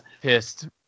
pissed